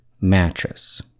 mattress